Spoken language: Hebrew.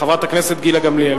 חברת הכנסת גילה גמליאל,